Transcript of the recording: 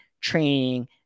training